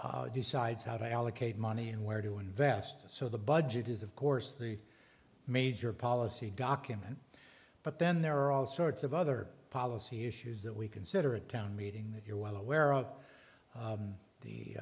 state decides how to allocate money and where to invest so the budget is of course the major policy document but then there are all sorts of other policy issues that we consider a town meeting that you're well aware of